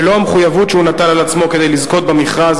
ולא המחויבויות שהוא נטל על עצמו כדי לזכות במכרז,